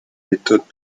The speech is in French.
méthodes